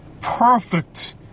perfect